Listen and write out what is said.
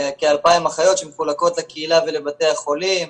בכ-2,000 אחיות שמחולקות לקהילה ולבתי החולים,